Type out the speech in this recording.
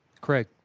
Craig